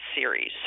series